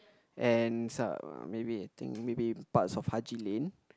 and maybe I think maybe parts of Haji-Lane